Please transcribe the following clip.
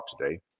today